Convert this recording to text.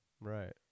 right